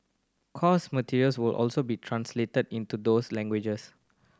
course materials will also be translated into those languages